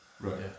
Right